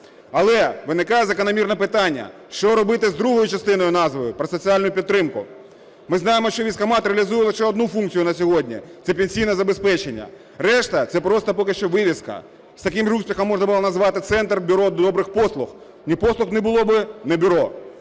Але виникає закономірне питання: що робити з другою частиною назви – про соціальну підтримку? Ми знаємо, що військкомат реалізує лише одну функцію на сьогодні – це пенсійне забезпечення, решта – це просто поки що вивіска. З таким же успіхом можна було назвати "центр, бюро добрих послуг", ні послуг не було би, ні бюро.